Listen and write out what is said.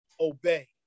obey